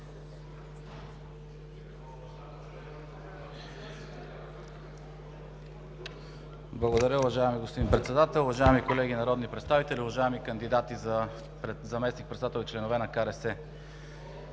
Благодаря уважаеми господин Председател. Уважаеми колеги народни представители, уважаеми кандидати за заместник-председател и членове на